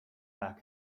back